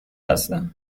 هستم